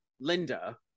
Linda